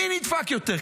מי נדפק יותר?